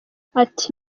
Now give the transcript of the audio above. ati